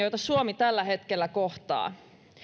joita suomi tällä hetkellä kohtaa